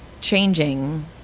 changing